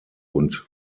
und